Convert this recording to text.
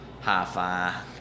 hi-fi